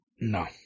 No